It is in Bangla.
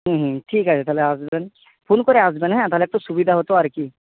হুম হুম ঠিক আছে তাহলে আসবেন ফোন করে আসবেন হ্যাঁ তাহলে একটু সুবিধা হতো আর কি